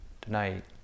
tonight